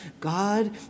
God